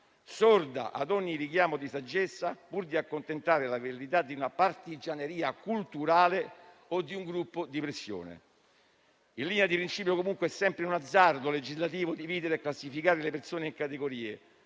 sorda ad ogni richiamo di saggezza pur di accontentare la velleità di una partigianeria culturale o di un gruppo di pressione. In linea di principio, comunque, è sempre un azzardo legislativo dividere e classificare le persone in categorie,